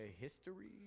history